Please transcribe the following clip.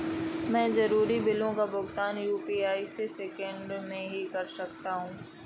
मैं जरूरी बिलों का भुगतान यू.पी.आई से एक सेकेंड के अंदर ही कर देता हूं